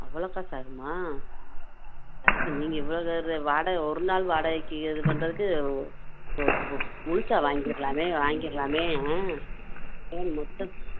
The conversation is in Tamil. அவ்வளோ காசு ஆகுமா அதுக்கு நீங்கள் இவ்வளோ வாடகை ஒரு நாள் வாடகைக்கு இது பண்ணுறதுக்கு புதுசாக வாங்கிடலாமே வாங்கிடலாமே ஆ மொத்த